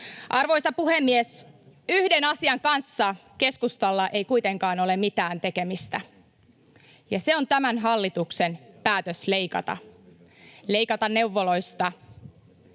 Arvoisa puhemies! Yhden asian kanssa keskustalla ei kuitenkaan ole mitään tekemistä, ja se on tämän hallituksen päätös leikata neuvoloista,